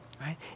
right